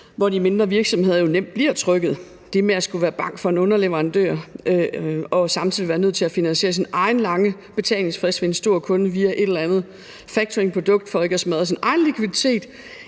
hvor de mindre virksomheder jo nemt bliver trykket i det der med at skulle være bank for en underleverandør og samtidig være nødt til selv at finansiere den lange betalingsfrist for en stor kunde via et eller andet factoringprodukt for ikke at smadre deres egen likviditet.